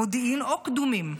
מודיעין או קדומים.